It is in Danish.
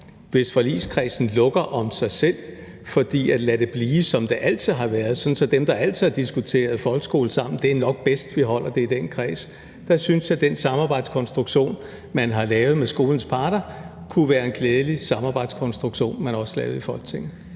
hvis forligskredsen lukker sig om sig selv og lader det blive, som det altid har været, sådan at dem, der altid har diskuteret folkeskole sammen, siger, at det nok er bedst, at man holder det i den kreds. Der synes jeg, at den samarbejdskonstruktion, man har lavet med skolens parter, kunne være en klædelig samarbejdskonstruktion, man også lavede i Folketinget.